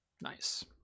Nice